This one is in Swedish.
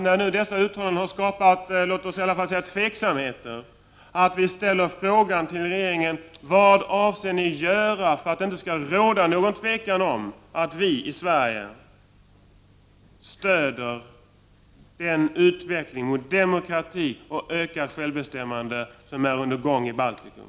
När nu dessa uttalanden har skapat, låt oss åtminstone säga osäkerhet, är det viktigt att vi frågar regeringen vad den avser att göra för att det inte skall råda något tvivel om att vi i Sverige stöder den utveckling mot demokrati och ökat självbestämmande som är på gång i Baltikum.